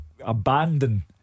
Abandon